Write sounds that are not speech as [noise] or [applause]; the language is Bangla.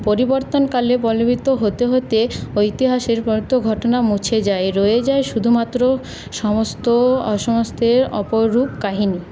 পরিবর্তন কালে পল্লবিত হতে হতে ইতিহাসের [unintelligible] ঘটনা মুছে যায় রয়ে যায় শুধুমাত্র সমস্ত অসমস্তের অপরূপ কাহিনি